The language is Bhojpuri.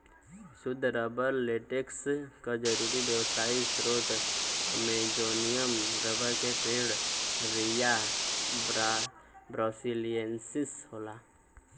सुद्ध रबर लेटेक्स क जरुरी व्यावसायिक स्रोत अमेजोनियन रबर क पेड़ हेविया ब्रासिलिएन्सिस होला